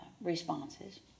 responses